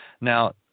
Now